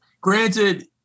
granted